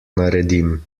naredim